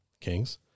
kings